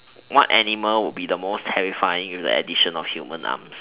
what animal would be the most terrifying with the addition of human arms